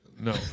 No